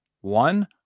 One